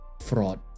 fraud